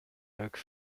leuk